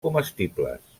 comestibles